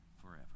forever